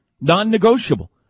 non-negotiable